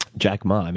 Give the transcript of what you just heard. jack ma. um